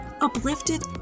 uplifted